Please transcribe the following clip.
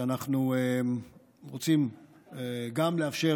שאנחנו רוצים גם לאפשר,